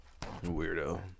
Weirdo